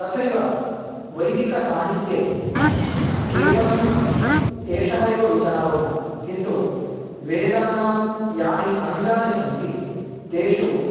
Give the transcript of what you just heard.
तथैव वैदिकसाहित्ये केवलम् एषः एव विचारो न किन्तु वेदानां यानि अङ्गानि सन्ति तेषु